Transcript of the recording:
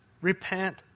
Repent